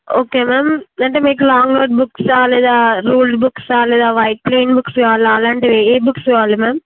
okay ma'am అంటే మీకు long note బుక్సా లేదా రూల్డ్ బుక్సా లేదా వైట్ ప్లెయిన్ బుక్స్ కావాలా అలాంటివి ఏ బుక్స్ కావాలి మ్యామ్